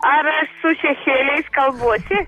ar aš su šešėliais kalbuosi